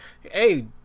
Hey